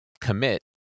commit